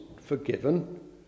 forgiven